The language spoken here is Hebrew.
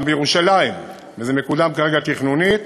גם בירושלים, וזה מקודם כרגע תכנונית.